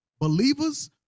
Believers